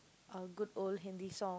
uh good old Hindi song